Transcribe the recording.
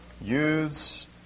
Youths